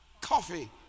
coffee